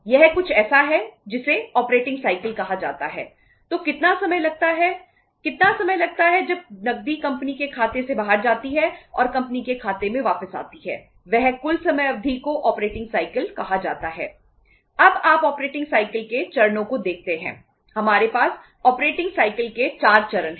यह कुछ ऐसा है जिसे ऑपरेटिंग साइकिल के 4 चरण हैं